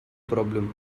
problem